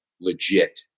legit